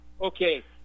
Okay